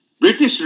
British